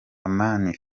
amani